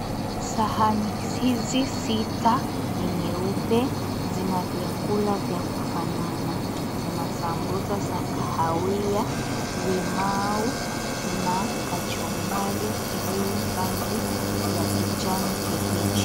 Sahani hizi sita ni nyeupe, zina vyakula vya kufanana, zina sambusa za kahawia, limau na kachumbari iliyo rangi ya kijani kibichi.